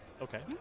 Okay